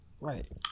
Right